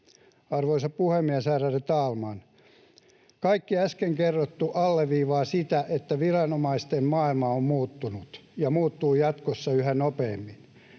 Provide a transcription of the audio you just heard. Arvoisa puhemies, ärade talman! Kaikki äsken kerrottu alleviivaa sitä, että viranomaisten maailma on muuttunut ja muuttuu jatkossa yhä nopeammin.